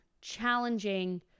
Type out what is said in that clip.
challenging